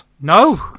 no